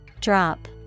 Drop